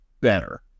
better